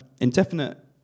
Indefinite